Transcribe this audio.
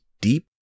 deep